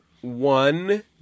one